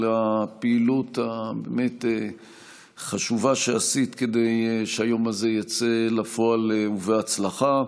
הפעילות החשובה שעשית כדי שהיום הזה יצא לפועל ובהצלחה.